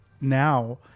now